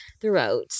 throughout